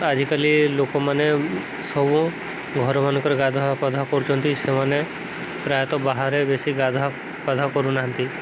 ଆଜିକାଲି ଲୋକମାନେ ସବୁ ଘରମାନଙ୍କରେ ଗାଧୁଆ ପାଧା କରୁଛନ୍ତି ସେମାନେ ପ୍ରାୟତଃ ବାହାରେ ବେଶୀ ଗାଧୁଆପାଧା କରୁନାହାନ୍ତି